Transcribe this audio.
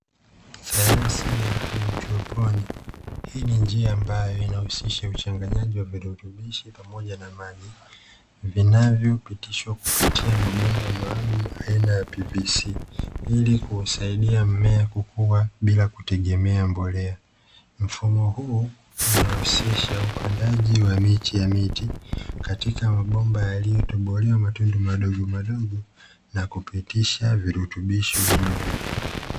Sayansi ya haidroponi, hii ni njia ambayo inahusisha uchanganyaji wa virutubisho pamoja na maji vinavyopitishwa kupitia mabomba maalumu aina ya "PVC" , ili kuusaidia mmea kukua bila kutegemea mbolea. Mfumo huu unahusisha upandaji wa miche ya miti katika mabomba yaliyotobolewa matundu madogomadogo na kupitisha virutubisho hivyo.